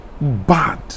bad